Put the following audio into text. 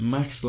Max